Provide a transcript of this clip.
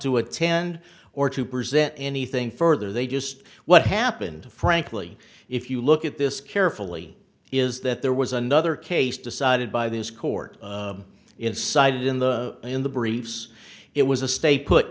to attend or to present anything further they just what happened frankly if you look at this carefully is that there was another case decided by this court inside in the in the briefs it was a stay put